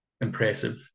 impressive